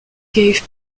gave